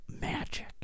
magic